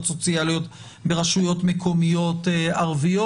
סוציאליות ברשויות מקומיות ערביות.